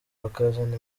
bakazana